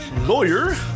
Lawyer